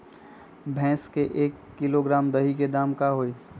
भैस के एक किलोग्राम दही के दाम का होई?